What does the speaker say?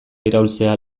iraulzea